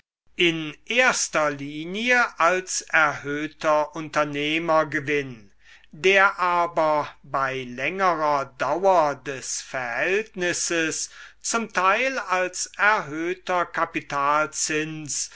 in erster linie als erhöhter unternehmergewinn der aber bei längerer dauer des verhältnisses zum teil als erhöhter